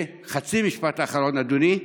וחצי משפט אחרון, אדוני.